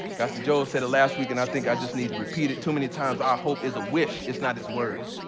pastor joel said the last week and i think i just need to repeat it, too many times, our hope is a wish it's not his word.